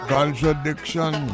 Contradiction